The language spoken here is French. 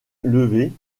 levée